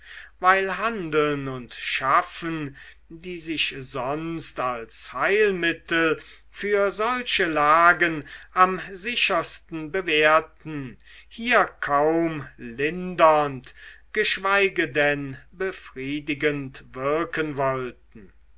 weil handeln und schaffen die sich sonst als heilmittel für solche lagen am sichersten bewährten hier kaum lindernd geschweige denn befriedigend wirken wollten